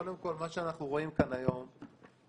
בסיבוב הקודם וגם הניסיונות שנעשו בסיבוב הזה,